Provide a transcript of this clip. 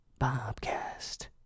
Bobcast